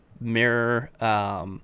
mirror